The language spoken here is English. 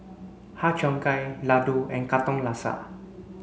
Har Cheong Gai Laddu and Katong Laksa